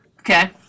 Okay